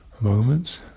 moments